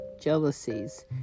jealousies